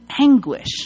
anguish